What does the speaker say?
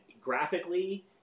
graphically